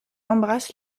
embrasse